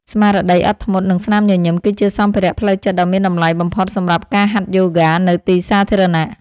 ស្មារតីអត់ធ្មត់ និងស្នាមញញឹម គឺជាសម្ភារៈផ្លូវចិត្តដ៏មានតម្លៃបំផុតសម្រាប់ការហាត់យូហ្គានៅទីសាធារណៈ។